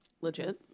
Legit